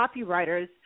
copywriters